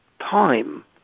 time